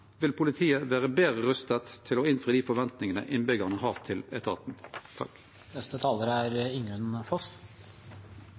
vil politiet vere betre rusta til å innfri dei forventningane innbyggjarane har til etaten.